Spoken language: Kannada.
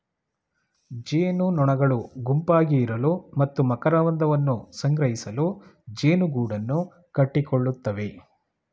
ಜೇನುನೊಣಗಳು ಗುಂಪಾಗಿ ಇರಲು ಮತ್ತು ಮಕರಂದವನ್ನು ಸಂಗ್ರಹಿಸಲು ಜೇನುಗೂಡನ್ನು ಕಟ್ಟಿಕೊಳ್ಳುತ್ತವೆ